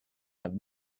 have